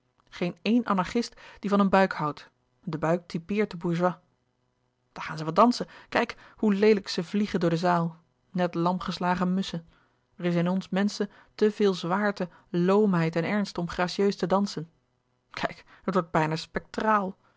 geen een anarchist die van een buik houdt de buik typeert den bourgeois daar gaan ze wat dansen kijk hoe leelijk ze vliegen door de zaal net lamgeslagen musschen er is in ons menschen te veel zwaarte loomheid en ernst om gracieus te dansen kijk het wordt bijna spectraal